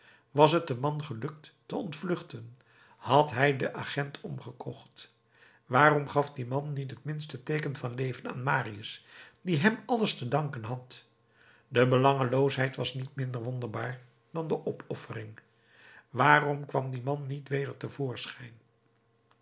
was het den man gelukt te ontvluchten had hij den agent omgekocht waarom gaf die man niet het minste teeken van leven aan marius die hem alles te danken had de belangeloosheid was niet minder wonderbaar dan de opoffering waarom kwam die man niet weder